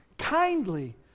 kindly